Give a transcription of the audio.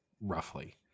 roughly